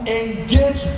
engage